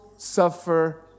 suffer